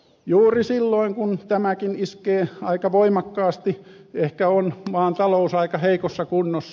juuri silloin kun tämäkin iskee aika voimakkaasti ehkä on maan talous aika heikossa kunnossa